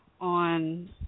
on